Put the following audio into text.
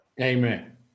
Amen